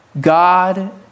God